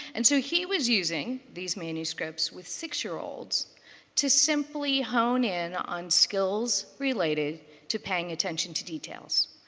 and so he was using these manuscripts with six-year-olds to simply hone in on skills related to paying attention to details.